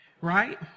right